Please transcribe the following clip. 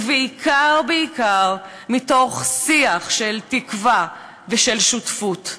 ובעיקר בעיקר מתוך שיח של תקווה ושל שותפות.